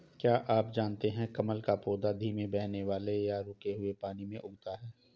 क्या आप जानते है कमल का पौधा धीमे बहने वाले या रुके हुए पानी में उगता है?